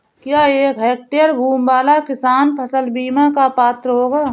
क्या एक हेक्टेयर भूमि वाला किसान फसल बीमा का पात्र होगा?